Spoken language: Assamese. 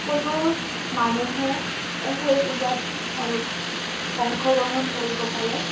সকলো মানুহে সেই পূজাত অংশগ্ৰহণ কৰিব পাৰে